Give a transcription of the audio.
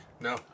No